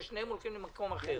ששניהם הולכים למקום אחר.